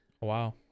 Wow